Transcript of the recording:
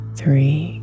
three